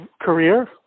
career